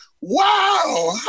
wow